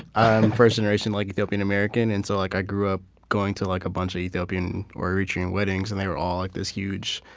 um first-generation like ethiopian american, and so like i grew up going to like a bunch of ethiopian or eritrean weddings. and they were all like this huge,